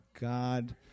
God